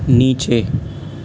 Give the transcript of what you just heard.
نیچے